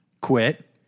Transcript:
quit